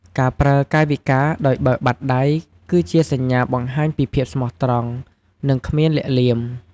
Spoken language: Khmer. ការប្រើកាយវិការដោយបើកបាតដៃ គឺជាសញ្ញាបង្ហាញពីភាពស្មោះត្រង់ និងគ្មានលាក់លៀម។